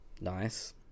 Nice